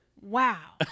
wow